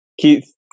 Keith